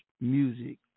music